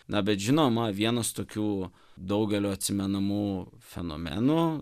na bet žinoma vienas tokių daugelio atsimenamų fenomenų